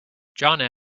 john